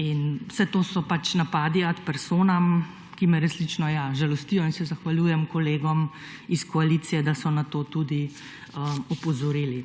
in vse to so napadi ad personam, ki me resnično, ja, žalostijo in se zahvaljujem kolegom iz koalicije, da so na to tudi opozorili.